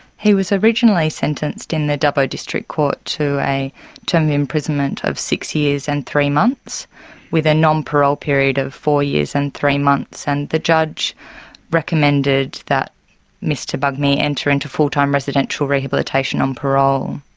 he was originally sentenced in the dubbo district court to a term of imprisonment of six years and three months with a non-parole period of four years and three months, and the judge recommended that mr bugmy enter into full-time residential rehabilitation on parole.